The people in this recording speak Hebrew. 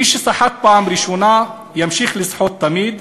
מי שסחט בפעם הראשונה ימשיך לסחוט תמיד,